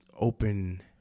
open